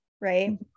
right